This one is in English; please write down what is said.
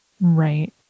Right